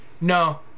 no